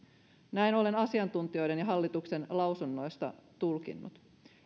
näin olen asiantuntijoiden ja hallituksen lausunnoista tulkinnut